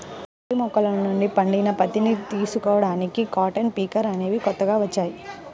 పత్తి మొక్కల నుండి పండిన పత్తిని తీసుకోడానికి కాటన్ పికర్ అనేవి కొత్తగా వచ్చాయి